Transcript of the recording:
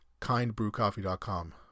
Kindbrewcoffee.com